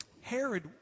Herod